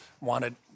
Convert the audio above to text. wanted